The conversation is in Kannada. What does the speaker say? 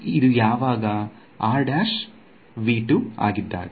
ಇದು ಯಾವಾಗ ಆಗಿದ್ದಾಗ